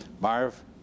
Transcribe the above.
Marv